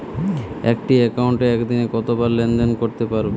একটি একাউন্টে একদিনে কতবার লেনদেন করতে পারব?